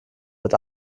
wird